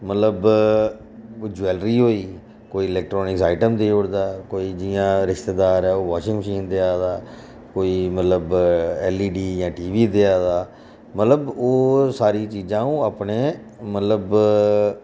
मतलब ज्वैलरी होई कोई इलैक्ट्रानिक ऐटम देई ओड़दा कोई जियां रिश्तेदार ऐ ओह् वाशिंग मशीन देआ दा कोई मतलब ऐल ई डी जां टी वी देआ दा मतलब ओह् सारी चीजां ओह् अपने मतलब